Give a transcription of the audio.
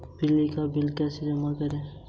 बिजली का बिल कैसे जमा करें?